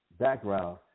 background